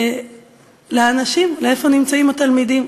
לאנשים, לאיפה נמצאים התלמידים.